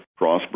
Crossbreed